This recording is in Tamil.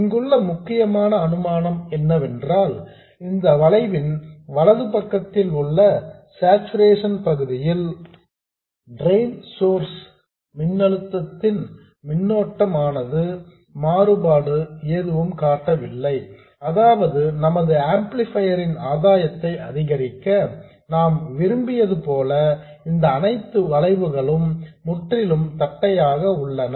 இங்குள்ள முக்கியமான அனுமானம் என்னவென்றால் இந்த வளைவின் வலது பக்கத்தில் உள்ள சார்சுரேஷன் பகுதியில் டிரெயின் சோர்ஸ் மின்னழுத்தத்தின் மின்னோட்டத்தில் மாறுபாடு எதுவும் இல்லை அதாவது நமது ஆம்ப்ளிபையர் ன் ஆதாயத்தை அதிகரிக்க நாம் விரும்பியது போல இந்த அனைத்து வளைவுகளும் முற்றிலும் தட்டையாக உள்ளன